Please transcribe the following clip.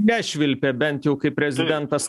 nešvilpė bent jau kai prezidentas